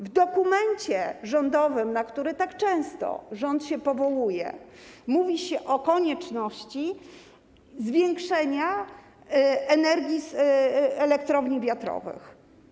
W dokumencie rządowym, na który rząd tak często się powołuje, mówi się o konieczności zwiększenia energii z elektrowni wiatrowych.